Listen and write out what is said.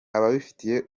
babifitiye